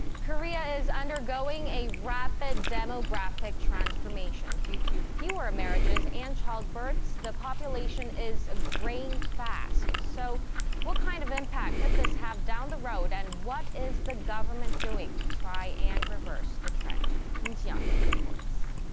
korea is undergoing a rapid demographic transformation. due to fewer marriages and childbirths. the population is greying fast. so what kind of impact could this have down the road. and what is the government doing to try and reverse the trend? kim ji-yeon reports.